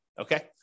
okay